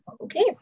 Okay